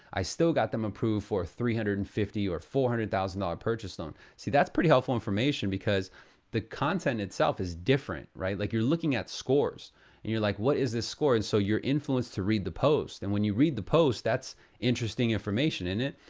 i still got them approved for three hundred and fifty or four hundred thousand dollar purchase loan. see, that's pretty helpful information because the content itself is different, right? like, you're looking at scores and you're like, what is this score? and so you're influenced to read the post. and when you read the post, that's interesting information, isn't it?